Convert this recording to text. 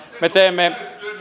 me teemme